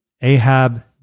Ahab